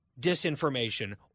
disinformation